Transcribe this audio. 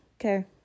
Okay